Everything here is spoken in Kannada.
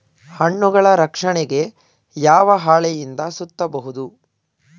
ಹಣ್ಣುಗಳ ರಕ್ಷಣೆಗೆ ಯಾವ ಹಾಳೆಯಿಂದ ಸುತ್ತಬಹುದು?